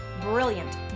brilliant